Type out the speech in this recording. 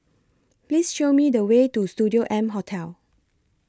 Please Show Me The Way to Studio M Hotel